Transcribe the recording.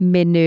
Men